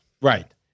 right